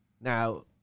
Now